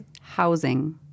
housing